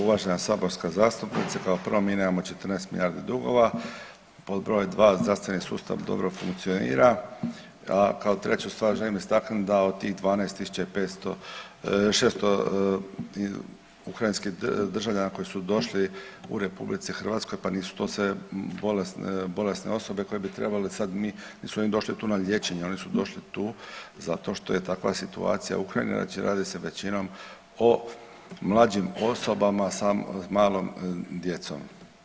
Uvažena saborska zastupnice, kao prvo mi nemamo 14 milijardi dugova, pod broj dva zdravstveni sustav dobro funkcionira, a kao treću stvar želim istaknut da od tih 12 tisuća i 500, 600 ukrajinskih državljana koji su došli u RH, pa nisu to sve bolesne osobe koje bi trebali sad mi, nisu oni došli tu na liječenje, oni su došli tu zato što je takva situacija u Ukrajini, znači radi se većinom o mlađim osobama sa malom djecom.